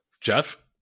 Jeff